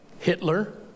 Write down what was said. Hitler